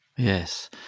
Yes